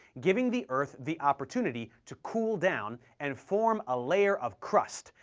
giving the earth the opportunity to cool down and form a layer of crust,